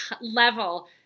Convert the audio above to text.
level